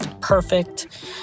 perfect